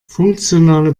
funktionale